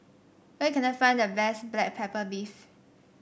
where can I find the best Black Pepper Beef